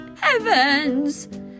Heavens